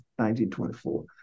1924